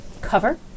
cover